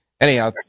Anyhow